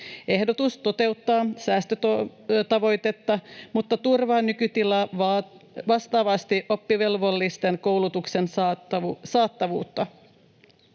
Ehdotus toteuttaa säästötavoitetta, mutta turvaa nykytilaa vastaavasti oppivelvollisten koulutuksen saatavuutta.